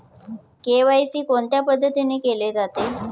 KYC कोणत्या पद्धतीने केले जाते?